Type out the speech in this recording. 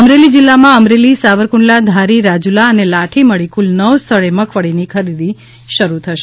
અમરેલી જીલ્લામાં અમરેલી સાવરકુંડલા ધારી રાજુલા અને લાઠી મળી કુલ નવ સ્થળે મગફળીની ખરીદી શરૂ થશે